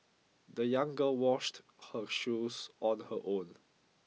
the young girl washed her shoes on her own